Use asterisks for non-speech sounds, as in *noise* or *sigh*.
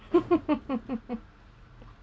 *laughs*